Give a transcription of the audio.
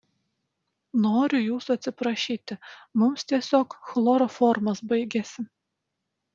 noriu jūsų atsiprašyti mums tiesiog chloroformas baigėsi